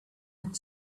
had